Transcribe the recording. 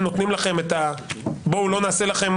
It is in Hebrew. נותנים לכם את --- בואו לא נעשה לכם,